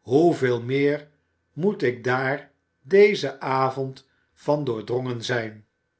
hoeveel meer moet ik daar dezen avond van doordrongen zijn